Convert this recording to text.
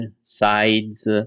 sides